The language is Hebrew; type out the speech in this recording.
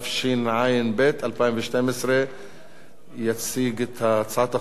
התשע"ב 2012. יציג את הצעת החוק,